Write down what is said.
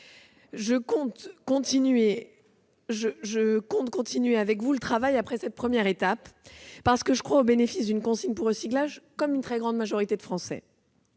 Je compte continuer avec vous le travail après cette première étape, parce que je crois au bénéfice d'une consigne pour recyclage, comme une grande majorité de Français.